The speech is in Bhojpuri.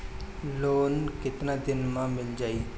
लोन कितना दिन में मिल जाई?